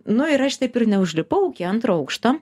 nu ir aš taip ir neužlipau iki antro aukšto